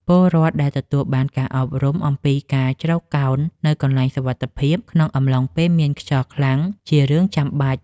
ពលរដ្ឋដែលទទួលបានការអប់រំអំពីការជ្រកកោននៅកន្លែងសុវត្ថិភាពក្នុងអំឡុងពេលមានខ្យល់ខ្លាំងជារឿងចាំបាច់។